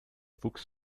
fuchs